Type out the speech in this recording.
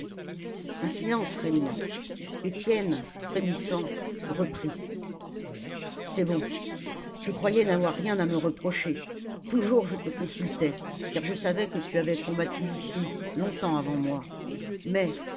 un silence régna étienne frémissant reprit c'est bon je croyais n'avoir rien à me reprocher toujours je te consultais car je savais que tu avais combattu ici longtemps avant moi mais